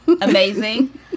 Amazing